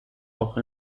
auch